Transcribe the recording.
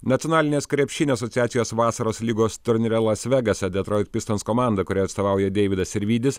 nacionalinės krepšinio asociacijos vasaros lygos turnyre las vegase detroit pistons komanda kuriai atstovauja deividas sirvydis